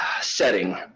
setting